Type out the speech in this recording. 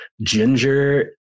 ginger